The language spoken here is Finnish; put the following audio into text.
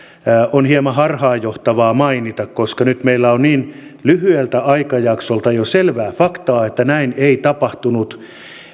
on hieman harhaanjohtavaa mainita se koska nyt meillä on niin lyhyeltä aikajaksolta jo selvää faktaa että näin ei tapahtunut